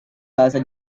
bahasa